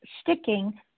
sticking